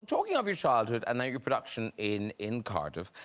talking of your childhood and your production in in cardiff,